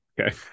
Okay